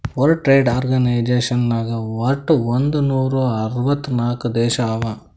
world Trade Organisation ನಾಗ್ ವಟ್ ಒಂದ್ ನೂರಾ ಅರ್ವತ್ ನಾಕ್ ದೇಶ ಅವಾ